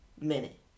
minute